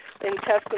intestinal